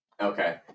Okay